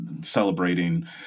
celebrating